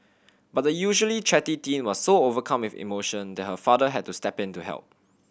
but the usually chatty teen was so overcome with emotion that her father had to step in to help